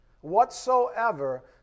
whatsoever